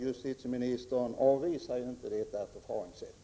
Justitieministern avvisar ju inte detta förfaringssätt.